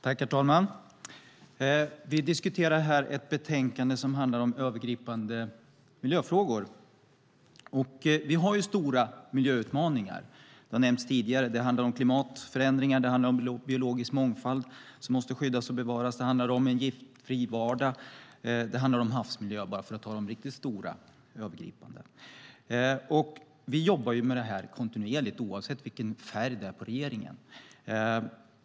Herr talman! Vi diskuterar nu ett betänkande som handlar om övergripande miljöfrågor. Vi har stora miljöutmaningar, vilket tidigare nämnts. Det handlar om klimatförändringar, om biologisk mångfald som måste skyddas och bevaras, om en giftfri vardag och om havsmiljön för att bara nämna de stora, övergripande, frågorna. Kontinuerligt jobbar vi med detta, oavsett vilken färg det är på regeringen.